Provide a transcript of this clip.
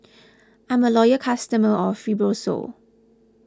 I'm a loyal customer of Fibrosol